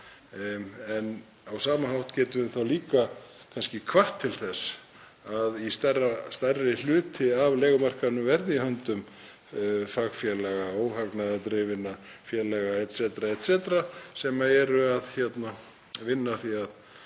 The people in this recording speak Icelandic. En á sama hátt getum við líka kannski hvatt til þess að stærri hluti af leigumarkaðnum verði í höndum fagfélaga, óhagnaðardrifinna félaga o.s.frv. sem eru að vinna að því að